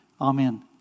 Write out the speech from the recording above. Amen